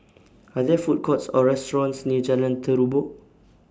Are There Food Courts Or restaurants near Jalan Terubok